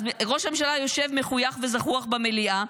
אז ראש הממשלה יושב מחויך וזחוח במליאה,